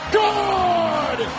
good